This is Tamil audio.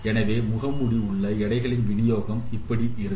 எனவே முகமூடி உள்ள எடைகளின் வினியோகம் இப்படி இருக்கும்